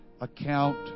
account